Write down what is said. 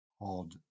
odd